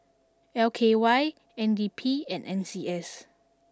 L K Y N D P and N C S